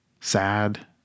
sad